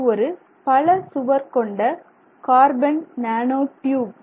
இது ஒரு பல சுவர் கொண்ட கார்பன் நேனோ டியூப்